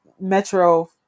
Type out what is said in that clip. Metro